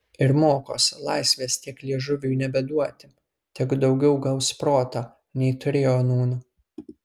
ir mokos laisvės tiek liežuviui nebeduoti tegu daugiau gaus proto nei turėjo nūn